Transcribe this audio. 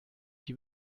die